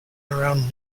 around